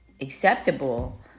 acceptable